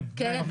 כן.